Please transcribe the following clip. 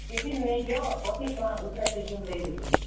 tiffin ନେଇ ଯାଅ ପଚିଶି ଟଙ୍କା ଭିତରେ ଟିଫିନ୍ ଦେଇଦେବି